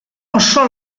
oso